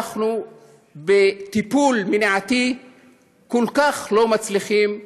אנחנו בטיפול מניעתי כל כך לא מצליחים,